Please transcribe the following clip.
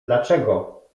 dlaczego